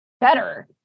better